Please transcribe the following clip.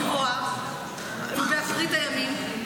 בגלל דרגה רוחנית גבוהה באחרית הימים,